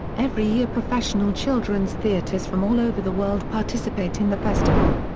every year professional children's theaters from all over the world participate in the festival.